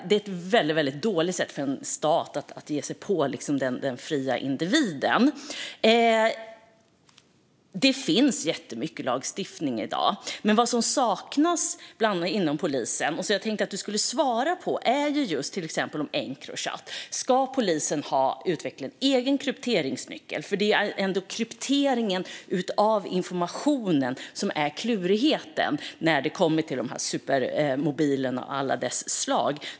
Det är ett väldigt dåligt sätt för en stat att ge sig på den fria individen. Det finns jättemycket lagstiftning i dag. Vad som dock saknas inom polisen - och detta tänkte jag att du skulle svara på - är till exempel det som gäller Encrochat. Ska polisen utveckla en egen krypteringsnyckel? Det är ändå krypteringen av informationen som är klurigheten när det gäller de här supermobilerna av alla slag.